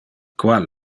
qual